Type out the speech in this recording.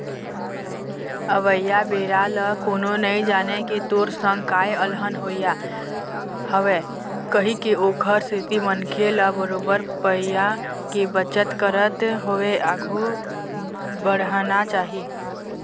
अवइया बेरा ल कोनो नइ जानय के तोर संग काय अलहन होवइया हवय कहिके ओखर सेती मनखे ल बरोबर पइया के बचत करत होय आघु बड़हना चाही